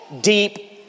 Deep